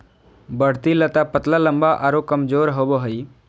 बढ़ती लता पतला लम्बा आरो कमजोर होबो हइ